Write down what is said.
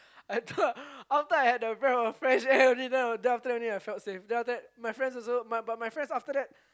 I thought after I had a breath a fresh air then I felt safe the after that my friends also but my friends after that